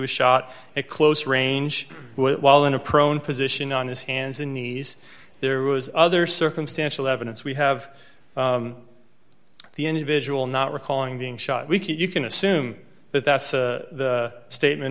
was shot at close range while in a prone position on his hands and knees there was other circumstantial evidence we have the individual not recalling being shot we can you can assume that that's the statement